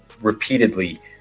repeatedly